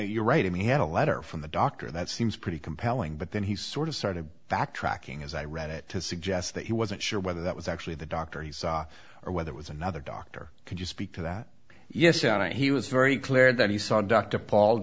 you're right and he had a letter from the doctor that seems pretty compelling but then he sort of started backtracking as i read it to suggest that he wasn't sure whether that was actually the doctor he saw or whether it was another doctor could you speak to that yes he was very clear that he saw d